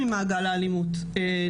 המשקל הוא מצטבר וזה חשוב.